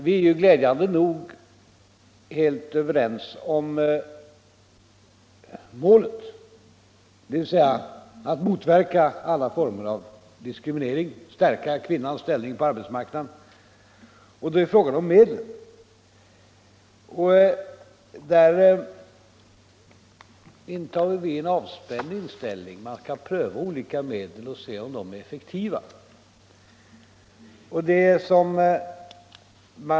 Vi är glädjande nog helt överens om målet, dvs. att motverka alla former av diskriminering och stärka kvinnans ställning på arbetsmarknaden. Vad frågan gäller är medlen för detta arbete, och i det avseendet intar vi en avspänd inställning. Man skall pröva olika medel för att se om de är effektiva.